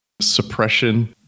Suppression